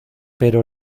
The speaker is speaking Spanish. pero